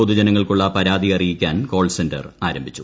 പൊതുജനങ്ങൾക്കുള്ള പ്രിരാതി അറിയിക്കാൻ call centre ആരംഭിച്ചു